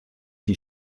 die